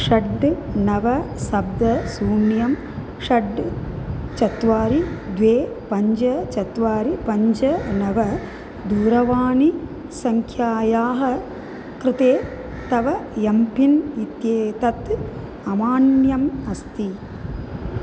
षड् नव सप्त शून्यं षड् चत्वारि द्वे पञ्च चत्वारि पञ्च नव दूरवाणीसङ्ख्यायाः कृते तव एम् पिन् इत्येतत् अमान्यम् अस्ति